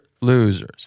losers